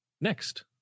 next